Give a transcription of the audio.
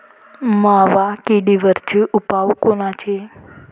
मावा किडीवरचे उपाव कोनचे?